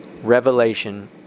Revelation